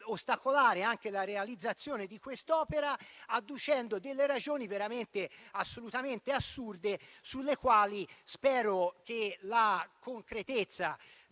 ostacolare anche la realizzazione di quest'opera, adducendo ragioni assolutamente assurde rispetto alle quali spero che la concretezza